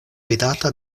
vidata